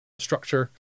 structure